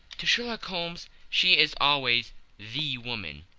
to sherlock holmes she is always the woman.